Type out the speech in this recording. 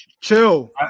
Chill